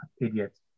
idiot